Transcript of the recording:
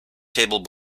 table